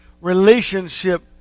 relationship